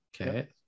Okay